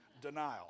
Denial